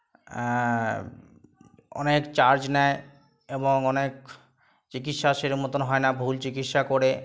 অনেক চার্জ নেয় এবং অনেক চিকিৎসা সেরম মতোন হয় না ভুল চিকিৎসা করে